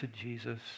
Jesus